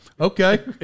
okay